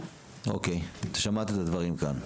אוקיי, שמעת את הדברים כאן.